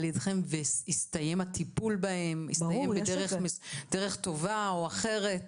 ידכן והסתיים הטיפול בהן בדרך טובה או אחרת?